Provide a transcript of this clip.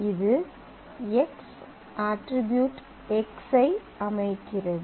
இது x attribute X ஐ அமைக்கிறது